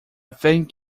thank